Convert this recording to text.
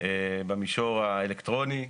במישור האלקטרוני,